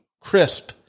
crisp